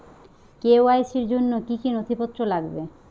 KYC র জন্য কি কি নথিপত্র লাগবে?